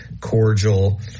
cordial